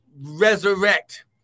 resurrect